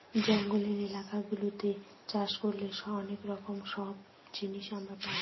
জঙ্গলের এলাকা গুলাতে চাষ করলে অনেক রকম সব জিনিস আমরা পাই